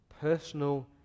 personal